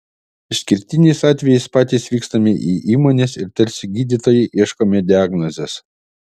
išskirtiniais atvejais patys vykstame į įmones ir tarsi gydytojai ieškome diagnozės